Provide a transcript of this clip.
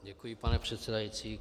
Děkuji, pane předsedající.